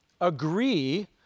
agree